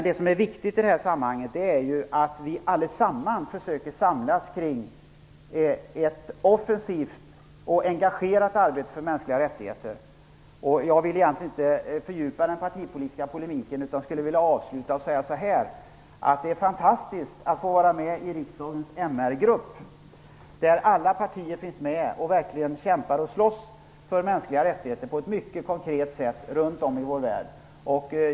Det som är viktigt i det här sammanhanget är att vi allesammans försöker samlas kring ett offensivt och engagerat arbete för mänskliga rättigheter. Jag vill inte fördjupa den partipolitiska polemiken utan skulle vilja avsluta med att säga så här: Det är fantastiskt att få vara med i riksdagens MR grupp, där alla partier finns med och verkligen kämpar och slåss för mänskliga rättigheter på ett mycket konkret sätt runt om i vår värld.